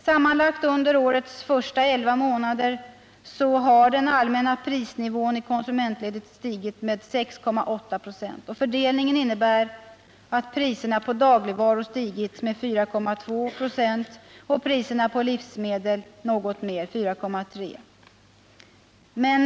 Sammanlagt under årets första elva månader har den allmänna prisnivån i konsumentledet stigit med 6,8 26. Fördelningen innebär att priserna på dagligvaror stigit med 4,2 26 och priserna på livsmedel något mer — med 4,3 26.